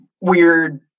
Weird